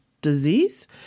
disease